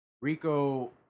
Rico